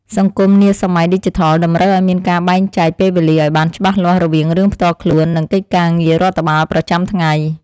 សង្គមនាសម័យឌីជីថលតម្រូវឱ្យមានការបែងចែកពេលវេលាឱ្យបានច្បាស់លាស់រវាងរឿងផ្ទាល់ខ្លួននិងកិច្ចការងាររដ្ឋបាលប្រចាំថ្ងៃ។